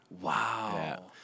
Wow